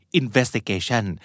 investigation